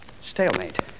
Stalemate